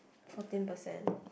fourteen percent